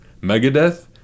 Megadeth